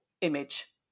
image